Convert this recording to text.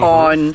on